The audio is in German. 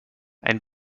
einen